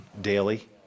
daily